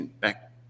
back